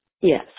Yes